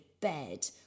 bed